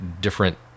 different